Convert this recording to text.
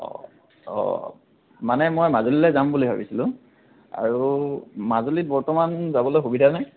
অঁ অঁ মানে মই মাজুলীলৈ যাম বুলি ভাবিছিলোঁ আৰু মাজুলীত বৰ্তমান যাবলৈ সুবিধানে